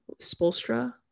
Spolstra